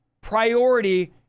priority